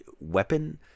weapon